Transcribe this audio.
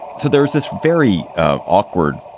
so there's this very ah awkward